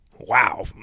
Wow